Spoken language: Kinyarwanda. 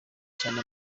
cyane